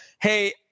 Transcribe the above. hey